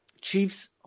Chiefs